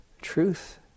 Truth